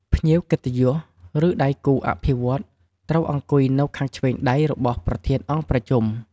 ភ្ញៀវកិត្តិយស ឬដៃគូអភិវឌ្ឍន៍ ត្រូវអង្គុយនៅខាងឆ្វេងដៃរបស់ប្រធានអង្គប្រជុំ។